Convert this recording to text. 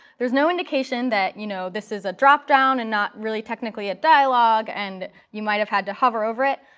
there's no indication that you know this is a drop-down and not really technically a dialog, and you might have had to hover over it.